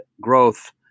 growth